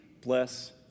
bless